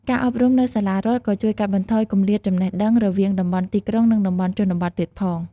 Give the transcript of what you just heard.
ការអប់រំនៅសាលារដ្ឋក៏ជួយកាត់បន្ថយគម្លាតចំណេះដឹង រវាងតំបន់ទីក្រុង និងតំបន់ជនបទទៀតផង។